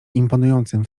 imponującym